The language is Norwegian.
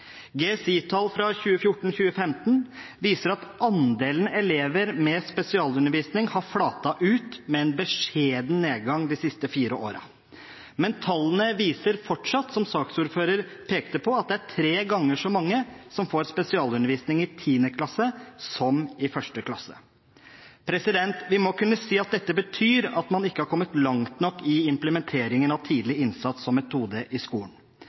fra 2014–2015 viser at andelen elever med spesialundervisning har flatet ut, med en beskjeden nedgang de siste fire årene. Men tallene viser fortsatt, som saksordfører pekte på, at det er tre ganger så mange som får spesialundervisning i 10. klasse som i 1. klasse. Vi må kunne si at dette betyr at man ikke har kommet langt nok i implementeringen av tidlig innsats som metode i skolen.